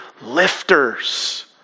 lifters